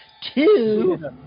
Two